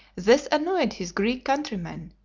this annoyed his greek countrymen,